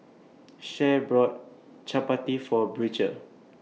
Sharee brought Chaat Pati For Beecher